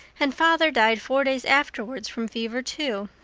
and father died four days afterwards from fever too.